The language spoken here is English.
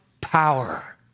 power